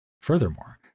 Furthermore